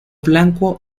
blanco